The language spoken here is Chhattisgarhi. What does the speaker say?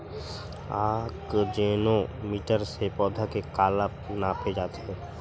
आकजेनो मीटर से पौधा के काला नापे जाथे?